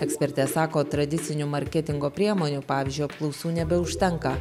ekspertė sako tradicinių marketingo priemonių pavyzdžiui apklausų nebeužtenka